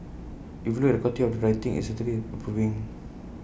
if you look at the quality of the writing IT is certainly improving